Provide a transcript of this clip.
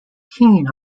keen